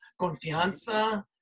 confianza